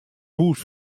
hûs